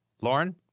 Lauren